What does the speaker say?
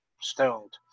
stoned